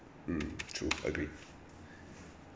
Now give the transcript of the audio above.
mm true agree